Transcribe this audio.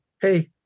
hey